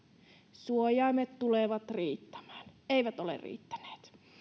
suojaimet tulevat riittämään eivät ole riittäneet